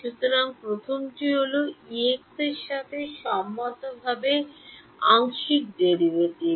সুতরাং প্রথমটি হল Ex এর সাথে সম্মতভাবে আংশিক ডেরাইভেটিভ